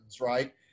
right